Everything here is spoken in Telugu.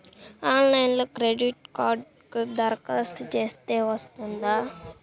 ఆన్లైన్లో క్రెడిట్ కార్డ్కి దరఖాస్తు చేస్తే వస్తుందా?